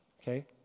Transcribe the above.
okay